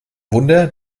wunder